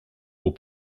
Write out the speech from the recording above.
aux